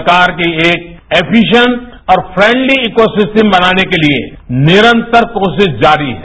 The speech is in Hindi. सरकार की एक एफ्रिशिएन्ट और फ्रॅंडली ईकोसिस्टम बनाने के लिए निरंतर कोशिश जारी है